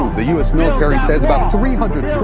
the u s. military says about three hundred so